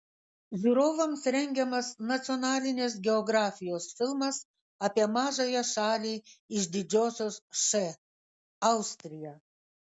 žiūrovams rengiamas nacionalinės geografijos filmas apie mažąją šalį iš didžiosios š austriją